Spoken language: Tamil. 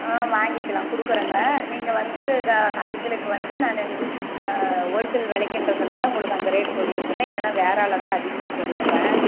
ஆ வாங்கிக்கலாம் கொடுக்குறங்க நீங்கள் வந்து க கடைங்களுக்கு வந்து நான் ஓல்சேல் விலைக்கின்றதுனால உங்களுக்கு அந்த ரேட் சொல்லியிருக்கறேன் இல்லைன்னா வேற ஆளாக இருந்தால் அதிகமாக சொல்லியிருப்பேன்